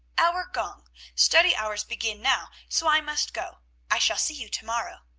our gong study hours begin now, so i must go i shall see you to-morrow.